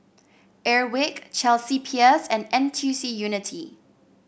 Airwick Chelsea Peers and N T U C Unity